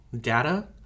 data